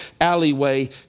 alleyway